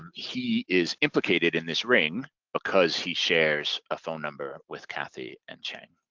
he is implicated in this ring because he shares a phone number with kathy and chang.